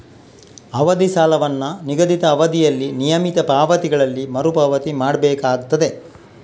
ಅವಧಿ ಸಾಲವನ್ನ ನಿಗದಿತ ಅವಧಿಯಲ್ಲಿ ನಿಯಮಿತ ಪಾವತಿಗಳಲ್ಲಿ ಮರು ಪಾವತಿ ಮಾಡ್ಬೇಕಾಗ್ತದೆ